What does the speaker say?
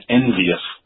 envious